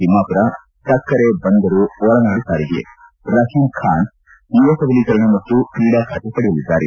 ತಿಮ್ಮಾಮರ ಸಕ್ಕರೆ ಬಂದರು ಒಳನಾಡು ಸಾರಿಗೆ ರಹೀಂ ಖಾನ್ ಯುವ ಸಬಲೀಕರಣ ಮತ್ತು ಕ್ರೀಡಾಖಾತೆ ಪಡೆಯಲಿದ್ದಾರೆ